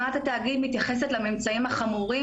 הנהלת התאגיד מתייחסת לממצאים החמורים